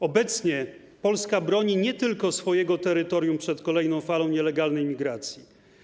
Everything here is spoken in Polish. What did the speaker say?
Obecnie Polska broni nie tylko swojego terytorium przed kolejną falą nielegalnej migracji.